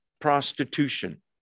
prostitution